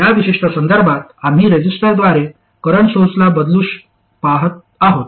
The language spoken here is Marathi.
या विशिष्ट संदर्भात आम्ही रेझिस्टरद्वारे करंट सोर्सला बदलू पाहत आहोत